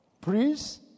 Priests